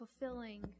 fulfilling